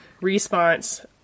response